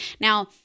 Now